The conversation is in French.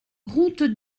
route